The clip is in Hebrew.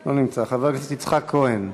לא נמצא, חבר הכנסת יצחק כהן,